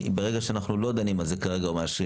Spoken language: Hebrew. ברגע שאנחנו לא דנים על זה כרגע או מאשרים,